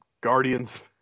Guardians